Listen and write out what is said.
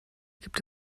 gibt